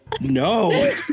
No